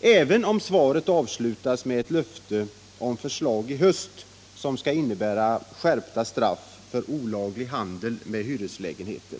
även om svaret avslutas med ett löfte om förslag i höst som skall innebära skärpta straff för olaglig handel med hyreslägenheter.